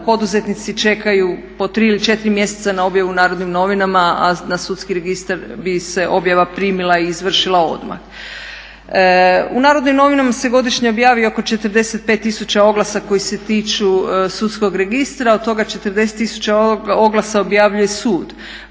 poduzetnici čekaju po 3 ili 4 mjeseca na objavu u NN, a na sudski registar bi se objava primila i izvršila odmah. U NN se godišnje objavi oko 45 tisuća oglasa koji se tiču sudskog registra od toga 40 tisuća oglasa objavljuje sud.